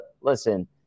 listen